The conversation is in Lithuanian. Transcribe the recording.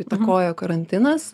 įtakojo karantinas